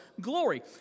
glory